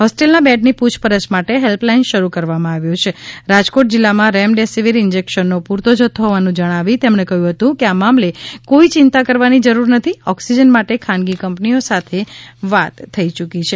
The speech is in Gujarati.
હોસ્ટેલના બેડની પ્રછપરછ માટે હેલ્પલાઇન શરૂ કરવામાં આવી છે રાજકોટ જિલ્લામાં રેમીડેસિવીર ઇન્જેક્શનોનો પૂરતો જથ્થો હોવાનું જણાવી તેમણે કહ્યુ હતું કે આ મામલે કોઇ ચિંતા કરવાની જરૂર નથી ઓક્સિજન માટે ખાનગી કંપનીઓ સાથે વાત થઇ ચૂકી છે